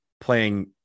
playing